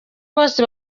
bose